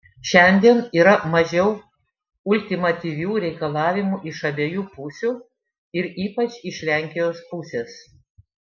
šiandien yra mažiau ultimatyvių reikalavimų iš abiejų pusių ir ypač iš lenkijos pusės